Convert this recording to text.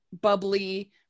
bubbly